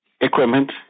Equipment